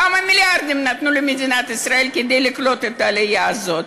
כמה מיליארדים נתנו למדינת ישראל כדי לקלוט את העלייה הזאת?